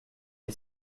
est